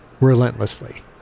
Relentlessly